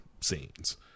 scenes